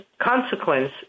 consequence